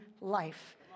life